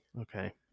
Okay